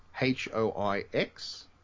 H-O-I-X